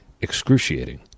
excruciating